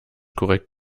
korrekt